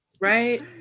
right